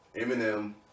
Eminem